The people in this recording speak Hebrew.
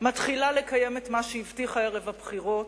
מתחילה לקיים את מה שהבטיחה ערב הבחירות.